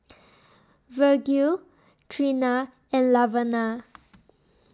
Virgil Treena and Laverna